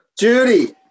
Judy